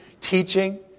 teaching